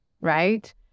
right